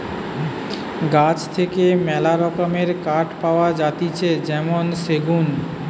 গাছ থেকে মেলা রকমের কাঠ পাওয়া যাতিছে যেমন সেগুন